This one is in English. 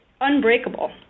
Unbreakable